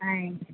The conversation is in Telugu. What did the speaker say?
ఆయ్